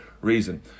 reason